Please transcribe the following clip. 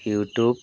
you tube